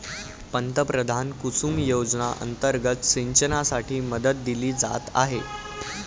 पंतप्रधान कुसुम योजना अंतर्गत सिंचनासाठी मदत दिली जात आहे